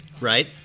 Right